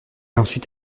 ensuite